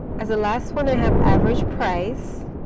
as the last one, i have average price.